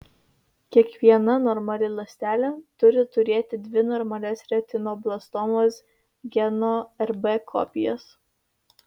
kiekviena normali ląstelė turi turėti dvi normalias retinoblastomos geno rb kopijas